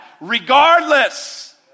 regardless